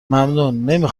ممنون، نمی